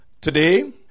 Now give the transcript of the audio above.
today